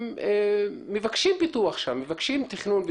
אין מטרתה התנגחות בין תושבים לבין משרדי הממשלה,